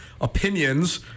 opinions